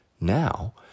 Now